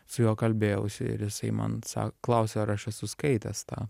su juo kalbėjausi ir jisai man sa klausė ar aš esu skaitęs tą